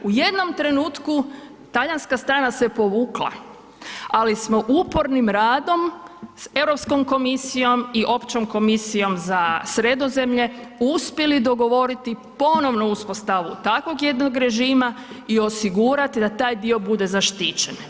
U jednom trenutku talijanska strana se povukla, ali smo upornim radom s Europskom komisijom i općom komisijom za Sredozemlje uspjeli dogovoriti ponovno uspostavu takvog jednog režima i osigurati da taj dio bude zaštićen.